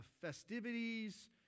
festivities